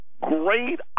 great